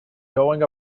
going